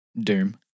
Doom